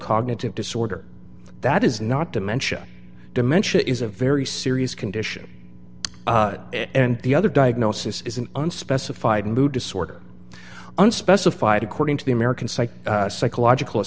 cognitive disorder that is not dementia dementia is a very serious condition and the other diagnosis is an unspecified mood disorder unspecified according to the american psych psychological